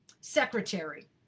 secretary